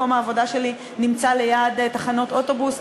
מקום העבודה שלי נמצא ליד תחנות אוטובוס.